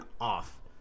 off